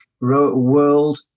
world